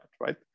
right